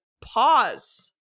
pause